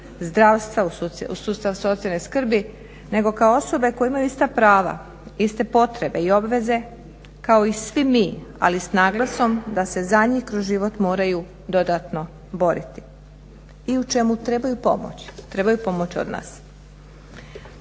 zdravstva, u sustav socijalne skrbi nego kao osobe koje imaju ista prava iste potrebe i obveze kao i svi mi, ali s naglasom da se za njih kroz život moraju dodatno boriti i u čemu trebaju pomoć, trebaju pomoć od nas.